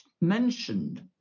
mentioned